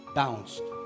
bounced